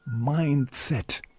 mindset